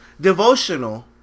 devotional